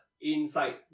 inside